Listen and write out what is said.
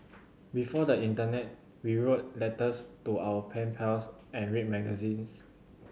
before the internet we wrote letters to our pen pals and read magazines